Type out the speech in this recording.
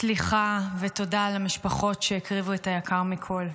סליחה ותודה למשפחות שהקריבו את היקר מכול.